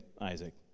Isaac